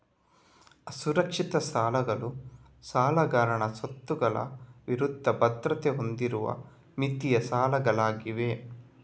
ಅಸುರಕ್ಷಿತ ಸಾಲಗಳು ಸಾಲಗಾರನ ಸ್ವತ್ತುಗಳ ವಿರುದ್ಧ ಭದ್ರತೆ ಹೊಂದಿರದ ವಿತ್ತೀಯ ಸಾಲಗಳಾಗಿವೆ